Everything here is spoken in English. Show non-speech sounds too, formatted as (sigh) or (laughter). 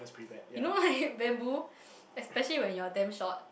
you know why bamboo (noise) especially when you're damn short